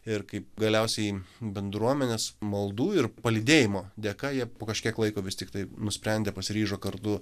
ir kaip galiausiai bendruomenės maldų ir palydėjimo dėka jie po kažkiek laiko vis tiktai nusprendė pasiryžo kartu